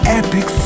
epic